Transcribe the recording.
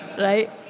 right